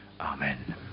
Amen